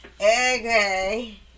Okay